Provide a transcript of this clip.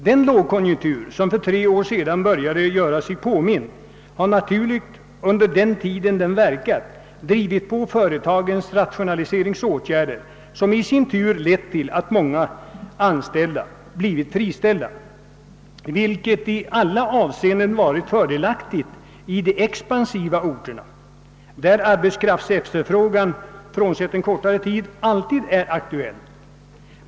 Den lågkonjunktur som för tre år sedan började göra sig påmind har naturligtvis under den tid den förelegat drivit på företagens rationaliseringsåtgärder, vilket i sin tur lett till att många anställda blivit utan arbete. Detta har i alla avseenden varit fördelaktigt på de expansiva orterna där arbetskraftsefterfrågan, frånsett kortare perioder, alltid är tillfredsställande.